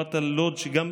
דיברת על לוד, שגם,